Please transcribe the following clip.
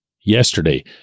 yesterday